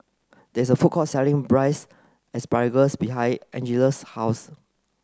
there is a food court selling braised asparagus behind Angela's house